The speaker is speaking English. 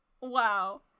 Wow